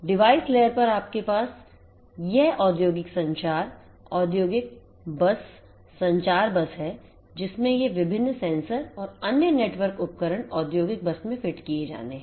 device layer पर आपके पास यह औद्योगिक संचार औद्योगिक बस है जिसमें ये विभिन्न सेंसर और अन्य नेटवर्क उपकरण औद्योगिक बस में फिट किये जाने हैं